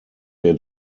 wir